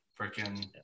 Freaking